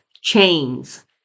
chains